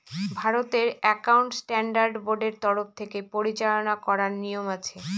ভারতের accounting standard বোর্ডের তরফ থেকে পরিচালনা করার নিয়ম আছে